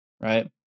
Right